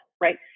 Right